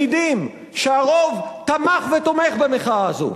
הסקרים מעידים שהרוב תמך ותומך במחאה הזאת.